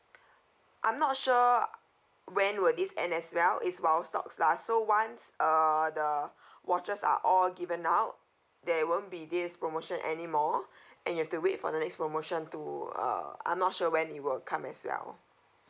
I'm not sure when will this end as well it's while stocks last so once uh the watches are all given out there won't be this promotion anymore and you have to wait for the next promotion to uh I'm not sure when it will come as well